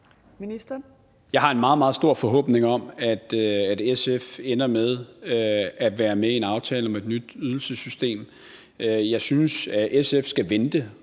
Jeg har en meget, meget stor forhåbning om, at SF ender med at være med i en aftale om et nyt ydelsessystem. Jeg synes, at SF skal vente